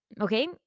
Okay